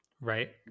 right